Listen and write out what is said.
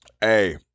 Hey